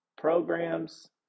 programs